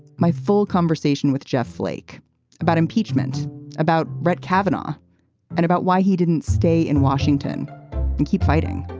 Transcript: my full conversation with jeff flake about impeachment about brett kavanaugh and about why he didn't stay in washington and keep fighting.